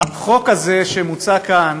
החוק הזה שמוצע כאן